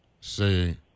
say